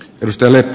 nostele